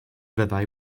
fyddai